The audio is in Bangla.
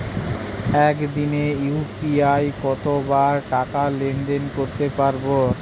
একদিনে ইউ.পি.আই কতবার টাকা লেনদেন করতে পারব?